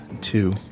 two